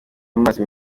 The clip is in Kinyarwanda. amazi